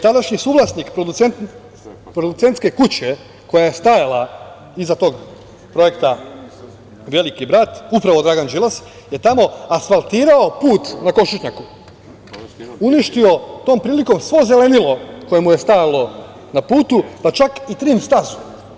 Tadašnji suvlasnik producentske kuće koja je stajala iza tog projekta „Veliki brat“, upravo Dragan Đilas, je tamo asfaltirao put na Košutnjaku, uništio tom prilikom svo zelenilo koje mu je stajalo na putu, pa čak i trim stazu.